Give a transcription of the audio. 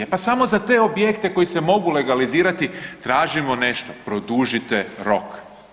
E pa samo za te objekte koji se mogu legalizirati tražimo nešto, produžite rok.